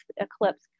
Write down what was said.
eclipse